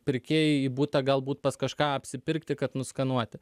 pirkėjai į butą galbūt pas kažką apsipirkti kad nuskanuoti